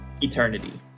eternity